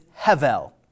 hevel